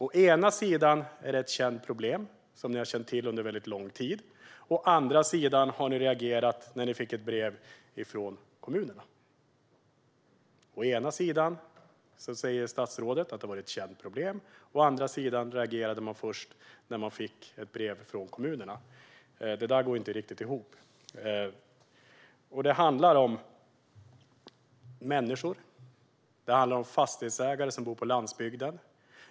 Å ena sidan säger statsrådet att detta är ett problem som man har känt till under lång tid, men å andra sidan reagerade man först när man fick ett brev från kommunerna. Det går inte ihop. Det handlar om människor, om fastighetsägare som bor på landsbygden.